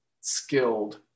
skilled